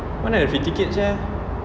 mana ada free ticket sia